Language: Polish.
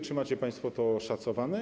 Czy macie państwo to oszacowane?